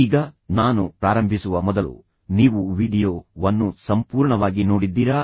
ಈಗ ನಾನು ಪ್ರಾರಂಭಿಸುವ ಮೊದಲು ನೀವು ವೀಡಿಯೊ ವನ್ನು ಸಂಪೂರ್ಣವಾಗಿ ನೋಡಿದ್ದೀರಾ